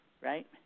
right